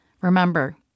Remember